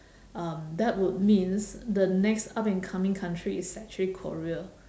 um that would means the next up and coming country is actually korea